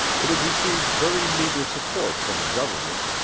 it had received very meagre support from the government,